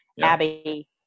Abby